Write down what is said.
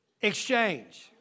exchange